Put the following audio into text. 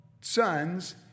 sons